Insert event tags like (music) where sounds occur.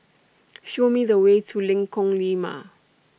(noise) Show Me The Way to Lengkong Lima